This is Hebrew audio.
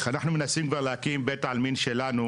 אנחנו יודעים מי עוסק בחברת קדישא,